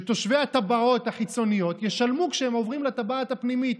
שתושבי הטבעות החיצוניות ישלמו כשהם עוברים לטבעת הפנימית,